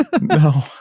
No